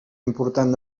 important